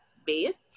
space